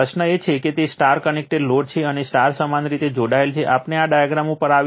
પ્રશ્ન એ છે કે તે Y કનેક્ટેડ લોડ છે અને Y સમાન રીતે જોડાયેલ છે આપણે આ ડાયાગ્રામ ઉપર આવીશું